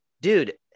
dude